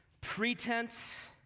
pretense